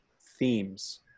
themes